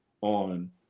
on